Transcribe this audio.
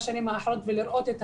ספר אחר 2,000 ומשהו תלמידים ותלמידות,